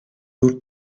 nur